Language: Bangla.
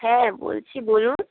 হ্যাঁ বলছি বলুন